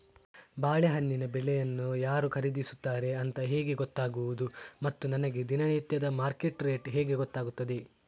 ಬಾಳೆಹಣ್ಣಿನ ಬೆಳೆಯನ್ನು ಯಾರು ಖರೀದಿಸುತ್ತಾರೆ ಅಂತ ಹೇಗೆ ಗೊತ್ತಾಗುವುದು ಮತ್ತು ನನಗೆ ದಿನನಿತ್ಯದ ಮಾರ್ಕೆಟ್ ರೇಟ್ ಹೇಗೆ ಗೊತ್ತಾಗುತ್ತದೆ?